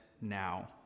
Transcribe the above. now